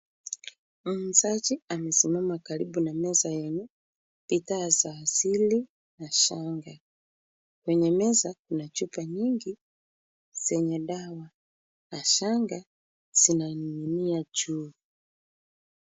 Muuzaji amesimama karibu na meza yenye bidhaa za asili na shanga. Kwenye meza kuna chupa nyingi zenye dawa na shanga zinaning'inia juu.